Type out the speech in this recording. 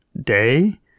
day